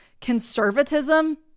conservatism